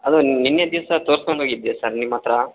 ಅದು ನಿನ್ನೆ ದಿವಸ ತೋರ್ಸ್ಕೊಂಡೋಗಿದ್ದೆ ಸರ್ ನಿಮ್ಮ ಹತ್ರ